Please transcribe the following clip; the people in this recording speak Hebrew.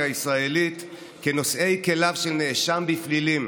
הישראלית כנושאי כליו של נאשם בפלילים,